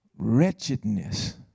wretchedness